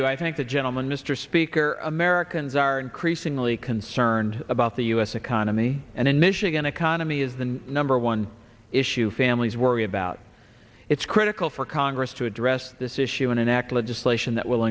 you i think the gentleman mr speaker americans are increasingly concerned about the u s economy and in michigan economy is the number one issue families worry about it's critical for congress to address this issue and enact legislation that will